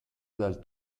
dal